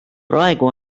praegu